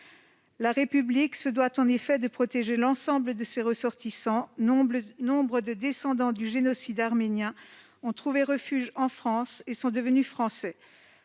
La République se doit en effet de protéger l'ensemble de ses ressortissants. Nombre de descendants du génocide arménien ont trouvé refuge en France et sont Français.